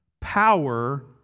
power